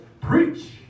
preach